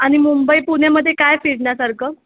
आणि मुंबई पुणेमध्ये काय फिरण्यासारखं